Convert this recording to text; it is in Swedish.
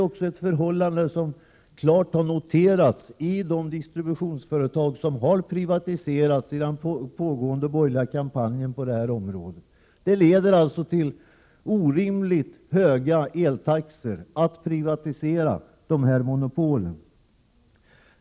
Detta förhållande har klart noterats av de distributionsföretag som privatiserats i den pågående borgerliga kampanjen på detta område. En privatisering av monopolen leder alltså till orimligt höga eltaxor.